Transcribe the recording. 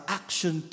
action